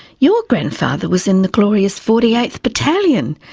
your grandfather was in the glorious forty eighth battalion,